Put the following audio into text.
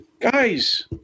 Guys